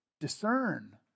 discern